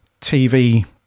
TV